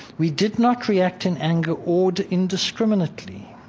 we did not react in anger or indiscriminately.